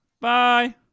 Bye